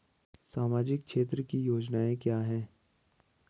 सामाजिक क्षेत्र की योजनाएं क्या हैं?